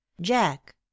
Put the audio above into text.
Jack